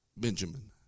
Benjamin